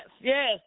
yes